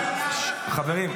חברים,